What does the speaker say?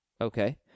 Okay